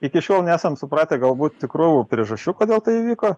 iki šiol nesam supratę galbūt tikrų priežasčių kodėl tai įvyko